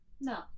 no